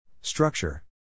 structure